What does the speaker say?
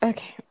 Okay